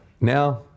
now